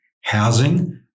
housing